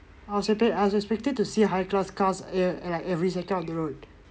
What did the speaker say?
I was expecting to see high class cars at like every sector of the road